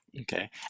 okay